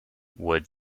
would